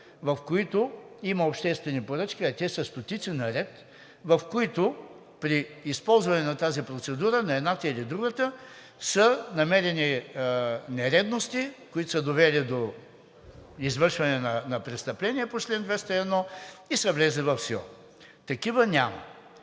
в които има обществени поръчки, а те са стотици, в които при използване на тази процедура – на едната или другата, са намерени нередности, които са довели до извършване на престъпление по чл. 201 и са влезли в сила. Такива няма!